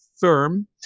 firm